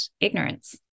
ignorance